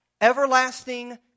Everlasting